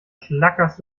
schlackerst